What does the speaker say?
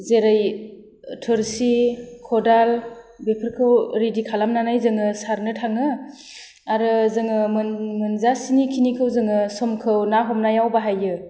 जेरै थोरसि खदाल बेफोरखौ रिडि खालामनानै जोङो सारनो थाङो आरो जोङो मोन मोनजासिनि खिनिखौ जोङो समखौ ना हमनायाव बाहायो